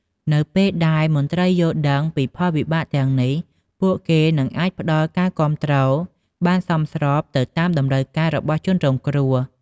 នៅពេលដែលមន្ត្រីយល់ដឹងពីផលវិបាកទាំងនេះ ពួកគេនឹងអាចផ្តល់ការគាំទ្របានសមស្របទៅតាមតម្រូវការរបស់ជនរងគ្រោះ។